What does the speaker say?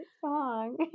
song